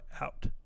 out